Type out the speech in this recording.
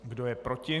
Kdo je proti?